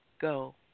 go